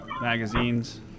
magazines